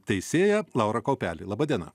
teisėja laura kaupelė laba diena